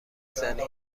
زنی